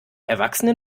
erwachsenen